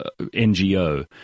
NGO